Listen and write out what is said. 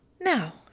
Now